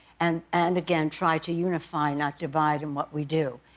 and and again, try to unify, not divide in what we do.